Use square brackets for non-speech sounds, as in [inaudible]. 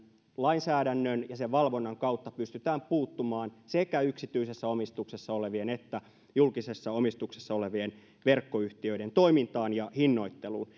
lainsäädännön ja sen valvonnan kautta pystytään puuttumaan sekä yksityisessä omistuksessa olevien että julkisessa omistuksessa olevien verkkoyhtiöiden toimintaan ja hinnoitteluun [unintelligible]